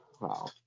Wow